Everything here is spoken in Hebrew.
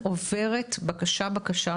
הוועדה עוברת בקשה בקשה,